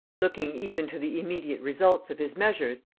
looking even to the immediate results of his measures,